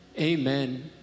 Amen